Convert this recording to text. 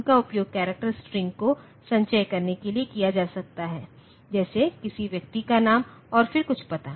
उनका उपयोग character string को संचय करने के लिए किया जाता है जैसे किसी व्यक्ति का नाम और फिर कुछ पता